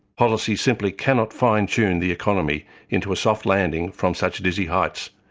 policy simply cannot fine-tune the economy into a soft landing from such dizzy heights.